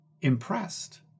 impressed